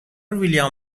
ویلیام